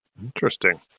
interesting